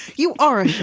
you are a